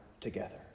together